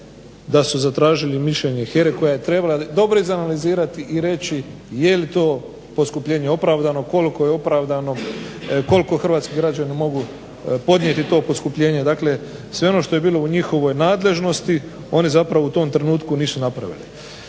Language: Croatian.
da su zatražili mišljenje HERA-e koja je trebala dobro iz analizirati i reći je li to poskupljenje opravdano, koliko je opravdano, koliko Hrvatski građani mogu podnijeti to poskupljenje. Dakle sve ono što je bilo u njihovoj nadležnosti, oni zapravo u tom trenutku nisu napravili.